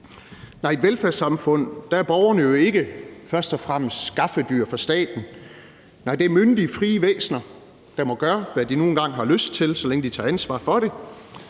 i et velfærdssamfund er borgerne jo ikke først og fremmest skaffedyr for staten. Det er myndige frie væsner, der må gøre, hvad de nu engang har lyst til, så længe de tager ansvar for det,